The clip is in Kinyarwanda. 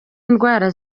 ndwara